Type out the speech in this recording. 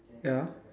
ya